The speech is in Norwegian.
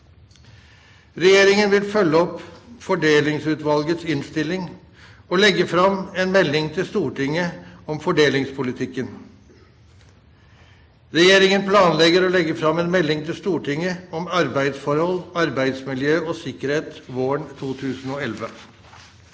Regjeringen vil følge opp Fordelingsutvalgets innstilling og legge fram en melding til Stortinget om fordelingspolitikken. Regjeringen planlegger å legge fram en melding til Stortinget om arbeidsforhold, arbeidsmiljø og sikkerhet våren 2011.